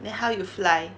then how you fly